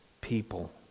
people